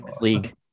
league